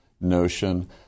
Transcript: notion